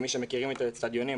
כמי שמכירים את האצטדיונים,